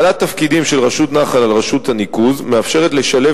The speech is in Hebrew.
הטלת תפקידים של רשות נחל על רשות הניקוז מאפשרת לשלב